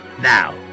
Now